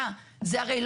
זה הרי בדיחה.